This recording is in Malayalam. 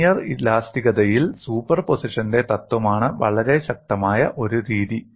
ലീനിയർ ഇലാസ്തികതയിൽ സൂപ്പർപോസിഷന്റെ തത്വമാണ് വളരെ ശക്തമായ ഒരു രീതി